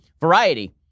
Variety